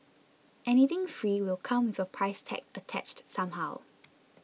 anything free will come with a price tag attached somehow